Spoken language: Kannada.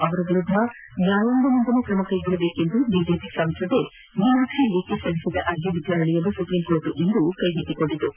ಅವರ ವಿರುದ್ಧ ನ್ಯಾಯಾಂಗ ನಿಂದನೆ ್ರಮ ಕೈಗೊಳ್ಳಬೇಕೆಂದು ಬಿಜೆಪಿ ಸಂಸದೆ ಮೀನಾಕ್ಷಿ ಲೆಖಿ ಸಲ್ಲಿಸಿದ್ದ ಅರ್ಜಿ ವಿಚಾರಣೆಯನ್ನು ಸುಪ್ರೀಂಕೋರ್ಟ್ ಇಂದು ಕೈಗೆತ್ತಿಕೊಂಡಿತು